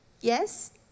Yes